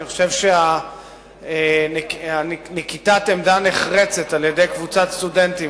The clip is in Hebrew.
אני חושב שנקיטת עמדה נחרצת על-ידי קבוצת סטודנטים